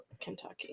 Kentucky